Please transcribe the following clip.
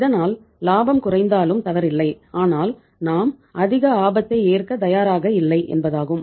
இதனால் லாபம் குறைந்தாலும் தவறில்லை ஆனால் நாம் அதிக ஆபத்தை ஏற்க தயாராக இல்லை என்பதாகும்